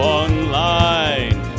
online